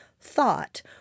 thought